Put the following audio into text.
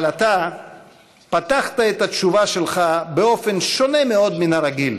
אבל אתה פתחת את התשובה שלך באופן שונה מאוד מן הרגיל.